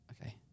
Okay